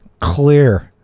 clear